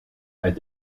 uit